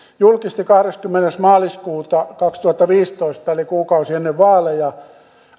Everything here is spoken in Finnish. julkisti kahdeskymmenes maaliskuuta kaksituhattaviisitoista eli kuukausi ennen vaaleja